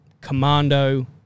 Commando